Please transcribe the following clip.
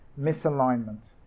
misalignment